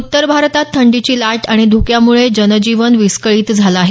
उत्तर भारतात थंडीची लाट आणि ध्क्यामुळे जनजीवन विस्कळीत झालं आहे